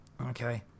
Okay